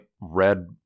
red